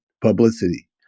publicity